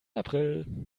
april